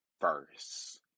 first